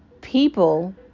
people